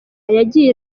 yagiye